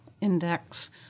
index